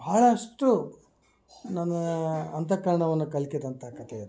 ಭಾಳಷ್ಟು ನನ್ನ ಅಂತಕರ್ಣವನ್ನು ಕಲ್ತಿದಂಥ ಕತೆ ಅದು